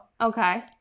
Okay